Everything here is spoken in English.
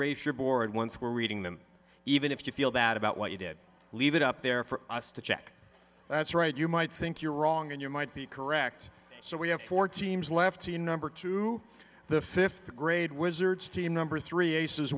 race you're bored once we're reading them even if you feel bad about what you did leave it up there for us to check that's right you might think you're wrong and you might be correct so we have four teams left in number two the fifth grade wizards team number three aces